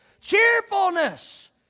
Cheerfulness